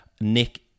Nick